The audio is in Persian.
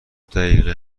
دقیقه